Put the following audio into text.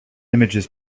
images